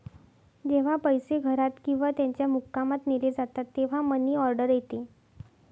जेव्हा पैसे घरात किंवा त्याच्या मुक्कामात नेले जातात तेव्हा मनी ऑर्डर येते